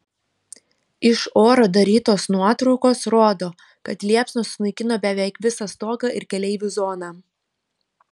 iš oro darytos nuotraukos rodo kad liepsnos sunaikino beveik visą stogą ir keleivių zoną